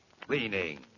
cleaning